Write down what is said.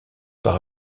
par